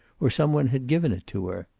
or some one had given it to her.